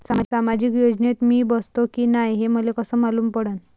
सामाजिक योजनेत मी बसतो की नाय हे मले कस मालूम पडन?